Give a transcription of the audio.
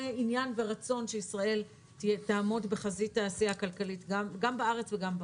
עניין ורצון שישראל תעמוד בחזית העשייה הכלכלית גם בארץ וגם בעולם.